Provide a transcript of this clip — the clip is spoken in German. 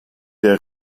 der